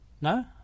No